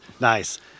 nice